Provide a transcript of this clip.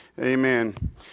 Amen